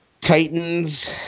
Titans